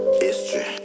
History